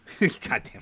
Goddamn